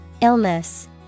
Illness